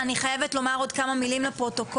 אני חייבת לומר עוד כמה מילים לפרוטוקול.